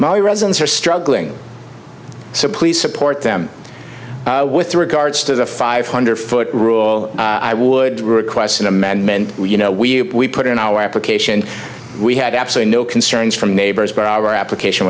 my residents are struggling so please support them with regards to the five hundred foot rule i would request an amendment you know we put in our application we had absolutely no concerns from neighbors but our application